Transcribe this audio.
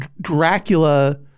Dracula